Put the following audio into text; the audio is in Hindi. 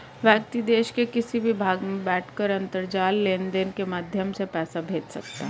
व्यक्ति देश के किसी भी भाग में बैठकर अंतरजाल लेनदेन के माध्यम से पैसा भेज सकता है